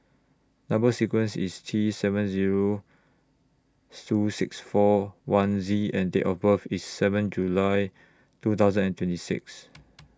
Number sequence IS T seven Zero two six four one Z and Date of birth IS seven July two thousand and twenty six